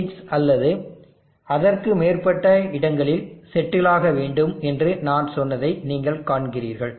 56 அல்லது அதற்கு மேற்பட்ட இடங்களில் செட்டில் ஆக வேண்டும் என்று நான் சொன்னதை நீங்கள் காண்கிறீர்கள்